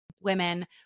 women